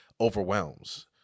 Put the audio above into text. overwhelms